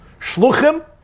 Shluchim